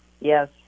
Yes